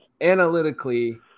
Analytically